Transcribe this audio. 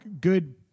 good